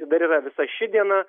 dar yra visa ši diena